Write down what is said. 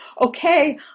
okay